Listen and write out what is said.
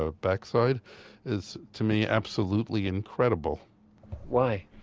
ah backside is to me absolutely incredible why?